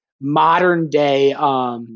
modern-day –